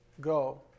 go